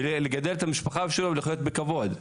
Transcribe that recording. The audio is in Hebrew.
ולגדל את המשפחה שלו ולחיות בכבוד.